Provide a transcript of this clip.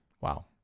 Wow